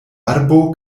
arbo